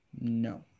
No